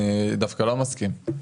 אני דווקא לא מסכים.